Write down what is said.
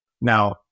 Now